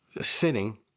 sitting